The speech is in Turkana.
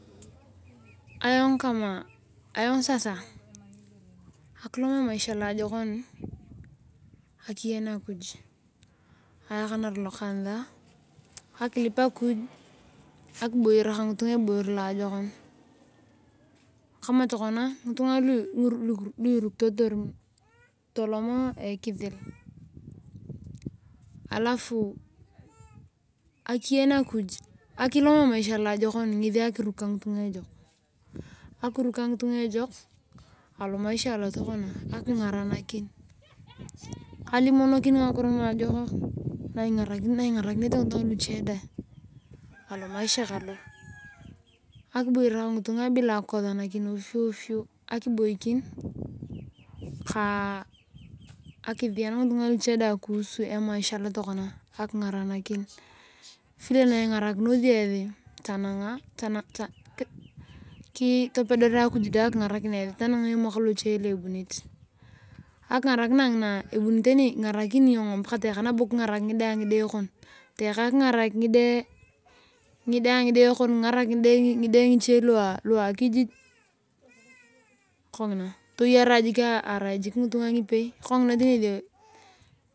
Ayong sasa akotom emasha looyokon akiyen akuj. ayakanar lokansa akilip akiy. akiboyore kangitunge eboyor loajokon. kama tokona ngitunga lurrukitotor iyong toloma ekisil. alf akilom emaisha loajokoni ngosi akiruk kangitunga ejok. Alomuisha alotokana akingarakin. ka alimonikin ngakio naajokak na ingarakinete mgitunga luche dae alomaisha kalo. Akiboyore kangitunga bila akikosonakin ovyo ovyo akibolkin ka akisiyani ngitunga luche dae kuhusu emaisha. akingarahakini vile nae ingarakirutor topedoria akiy dae akinyarakin esi tanangae emak locho dae loebunit. Akingarakina ngina ebuni tani moi kungarakinea iyong ngide a ngide kon kingarak ngide ngicho lua akijij kongina toyara jik irai itaan ipei.